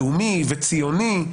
לאומי וציוני,